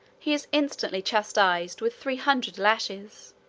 he is instantly chastised with three hundred lashes